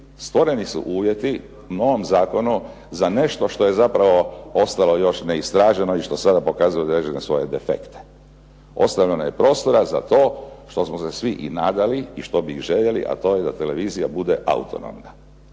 stvoreni su uvjeti u novom zakonu za nešto što je zapravo ostalo još neistraženo i što sada pokazuje određene svoje defekte. Ostavljeno je prostora za to što smo se svi i nadali i što bi i željeli a to je da televizija bude autonomna.